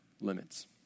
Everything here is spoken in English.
limits